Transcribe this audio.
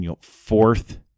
fourth